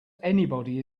anybody